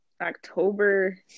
October